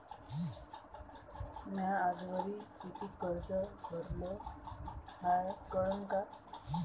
म्या आजवरी कितीक कर्ज भरलं हाय कळन का?